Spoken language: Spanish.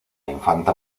infanta